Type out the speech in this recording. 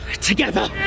Together